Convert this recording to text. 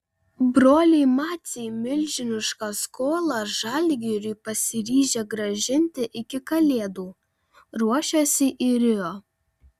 broliai maciai milžinišką skolą žalgiriui pasiryžę grąžinti iki kalėdų ruošiasi į rio